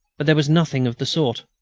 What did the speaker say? but there was nothing of the sort.